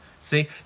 See